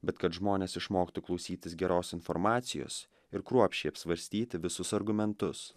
bet kad žmonės išmoktų klausytis geros informacijos ir kruopščiai apsvarstyti visus argumentus